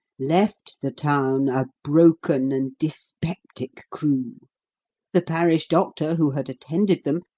left the town a broken and dyspeptic crew the parish doctor, who had attended them,